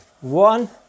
one